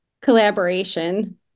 Collaboration